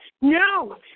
No